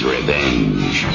Revenge